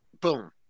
boom